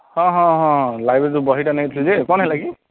ହଁ ହଁ ହଁ ଲାଇବ୍ରେରୀରୁ ବହିଟା ନେଇଥିଲି ଯେ କ'ଣ ହେଲା କି